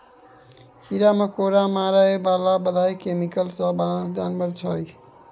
कीरा मकोरा मारय बला दबाइ कैमिकल सँ बनल दोसर जानबर लेल सेहो खतरनाक होइ छै